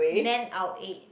man our aid